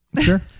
Sure